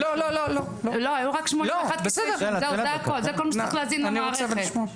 זה כל מה שצריך להזין למערכת.